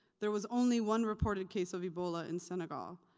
there was only one reported case of ebola in senegal.